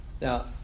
Now